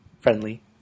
friendly